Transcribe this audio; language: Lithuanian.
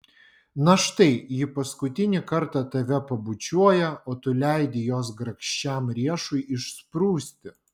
na štai ji paskutinį kartą tave pabučiuoja o tu leidi jos grakščiam riešui išsprūsti